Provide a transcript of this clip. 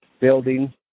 building